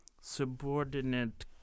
Subordinate